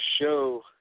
show